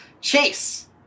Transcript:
Chase